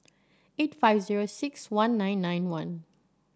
eight five zero six one nine nine one